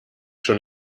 schon